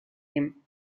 him